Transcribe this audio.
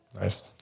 nice